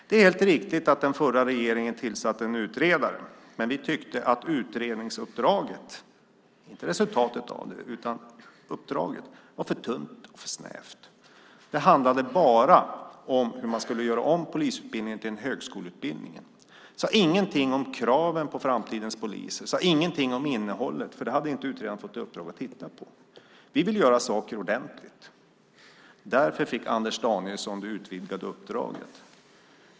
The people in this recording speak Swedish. Det är helt riktigt att den förra regeringen tillsatte en utredare, men vi tyckte att utredningsuppdraget - inte resultatet av det - var för tunt och för snävt. Det handlade bara om hur man skulle göra om polisutbildningen till en högskoleutbildning. Det sades ingenting om kraven på framtidens poliser. Det sades ingenting om innehållet, för det hade utredaren inte fått i uppdrag att titta på. Vi vill göra saker ordentligt. Därför fick Anders Danielsson det utvidgade uppdraget.